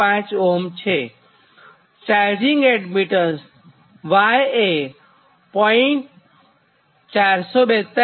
5 Ω અને charging admittance Y 0